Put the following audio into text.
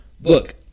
look